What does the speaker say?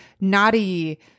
naughty